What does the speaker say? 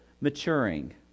maturing